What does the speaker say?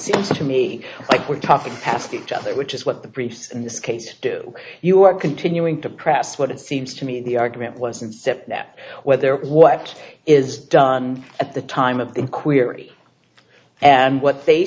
seems to me like we're talking past each other which is what the priests in this case do you are continuing to press what it seems to me the argument was and step that whether what is done at the time of the query and what they